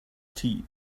tea